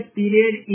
period